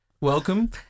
Welcome